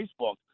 Facebook